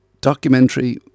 documentary